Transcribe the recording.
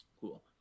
Cool